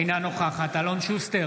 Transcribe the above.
אינה נוכחת אלון שוסטר,